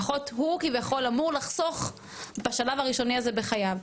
לפחות הוא כביכול אמור לחסוך בשלב הראשוני הזה בחייו,